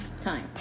time